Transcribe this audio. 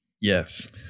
Yes